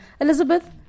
Elizabeth